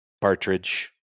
partridge